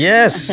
Yes